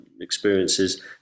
experiences